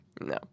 No